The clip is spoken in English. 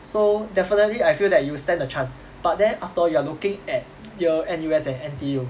so definitely I feel that you will stand a chance but then after all you are looking at yale N_U_S and N_T_U